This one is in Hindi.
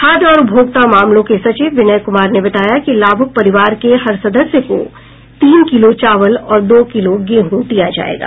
खाद्य और उपभोक्ता मामलों के सचिव विनय कुमार ने बताया कि लाभुक परिवार के हर सदस्य को तीन किलो चावल और दो किलो गेहूँ दिया जायेगा